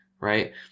right